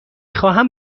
خواهم